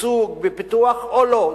בשגשוג בפיתוח או לא?